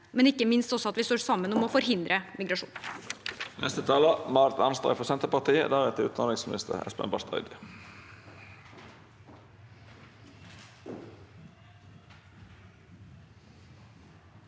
men ikke minst for at vi står sammen om å forhindre migrasjon.